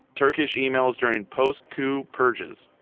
turkish emails during post-coup purges,